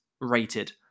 rated